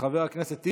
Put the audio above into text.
חבר הכנסת טיבי,